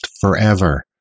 forever